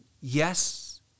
Yes